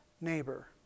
neighbor